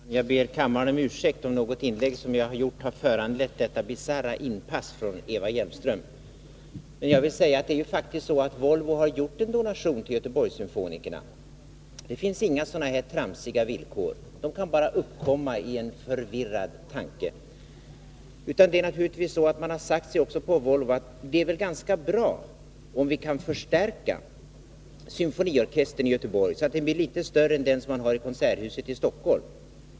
Herr talman! Jag ber kammaren om ursäkt om något av mina inlägg har föranlett detta bisarra inpass från Eva Hjelmström. Volvo har faktiskt gjort en donation till Göteborgssymfonikerna. Det finns inga sådana här tramsiga villkor förenade med donationen. De kan bara uppkommaii en förvirrad tanke. Man har naturligtvis också på Volvo sagt sig att det är ganska bra om vi kan förstärka symfoniorkestern i Göteborg så att den blir lite större än den man har i konserthuset i Stockholm.